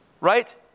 right